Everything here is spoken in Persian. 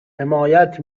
حمایت